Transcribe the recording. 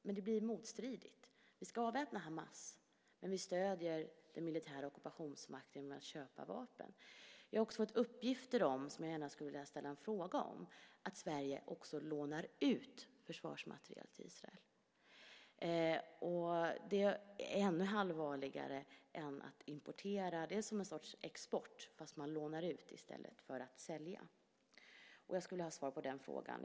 Men det blir motstridigt: Vi ska avväpna Hamas, men vi stöder den militära ockupationsmakten genom att köpa vapen. Jag har också fått uppgifter om att Sverige lånar ut försvarsmateriel till Israel. Det är ännu allvarligare än att importera. Det är som en sorts export, fast man lånar ut i stället för att sälja. Jag skulle vilja ha svar på frågan om det stämmer.